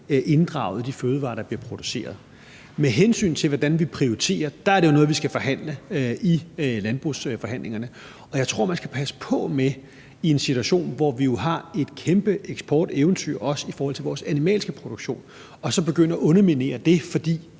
inddraget i de fødevarer, der bliver produceret. Med hensyn til hvordan vi prioriterer, er det jo noget, vi skal forhandle i landbrugsforhandlingerne. Og jeg tror, at man i en situation, hvor vi jo har et kæmpe eksporteventyr, også i forhold til vores animalske produktion, skal passe på ikke at begynde at underminere det, for